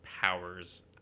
powers